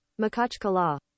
Makachkala